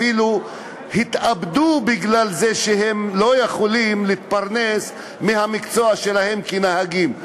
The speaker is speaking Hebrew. אפילו התאבדו מפני שלא יכלו להתפרנס מהמקצוע שלהם כנהגים.